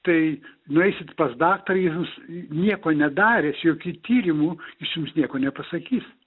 tai nueisit pas daktarą ir jūs nieko nedaręs jokių tyrimų jis jums nieko nepasakys